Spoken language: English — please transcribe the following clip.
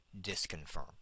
disconfirm